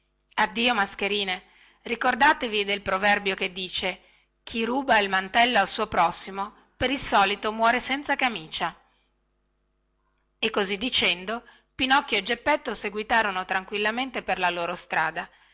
addio mascherine ricordatevi del proverbio che dice chi ruba il mantello al suo prossimo per il solito muore senza camicia e così dicendo pinocchio e geppetto seguitarono tranquillamente per la loro strada